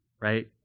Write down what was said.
right